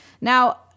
Now